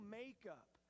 makeup